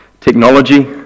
technology